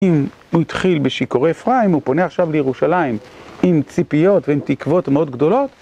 אם הוא התחיל בשיקולי אפריים, הוא פונה עכשיו לירושלים עם ציפיות ועם תקוות מאוד גדולות.